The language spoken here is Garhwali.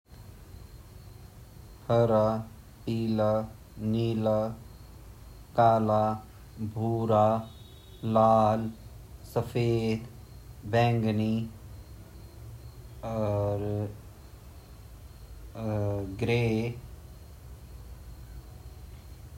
रंगो नाम जन ची, लाल, नीला, काला, पीला, हरा, बैंगनी, सफ़ेद, और ब्राउन, और भूरा।